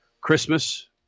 Christmas